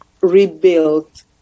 rebuilt